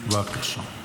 בבקשה.